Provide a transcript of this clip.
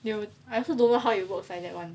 they will I also don't know how it works like that one